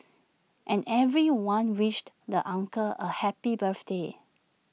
and everyone wished the uncle A happy birthday